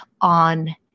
on